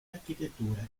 architetture